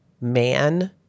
man